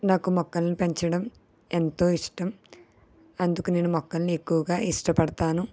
నాకు మొక్కలను పెంచడం ఎంతో ఇష్టం అందుకు నేను మొక్కలను ఎక్కువగా ఇష్టపడతాను